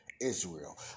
Israel